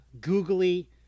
googly